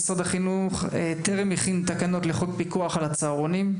שמשרד החינוך טרם הכין תקנות לחוק פיקוח על הצהרונים,